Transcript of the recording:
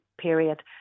period